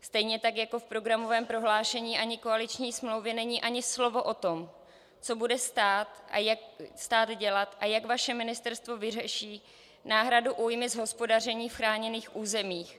Stejně tak jako v programovém prohlášení, ani v koaliční smlouvě není slovo o tom, co bude stát dělat a jak vaše ministerstvo vyřeší náhradu újmy z hospodaření v chráněných územích.